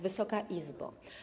Wysoka Izbo!